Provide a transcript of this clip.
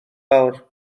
fawr